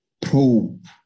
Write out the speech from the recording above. probe